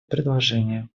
предложение